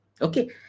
okay